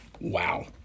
Wow